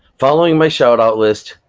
following my shout-out list,